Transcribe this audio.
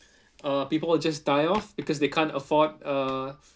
uh people will just die off because they can't afford uh